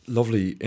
lovely